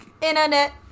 Internet